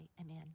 Amen